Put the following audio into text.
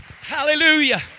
Hallelujah